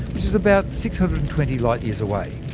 which is about six hundred and twenty light years away.